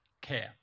care